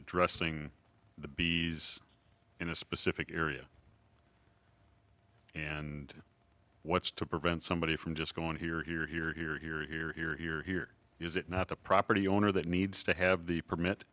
addressing the bees in a specific area and what's to prevent somebody from just going here here here here here here here here here is it not the property owner that needs to have the permit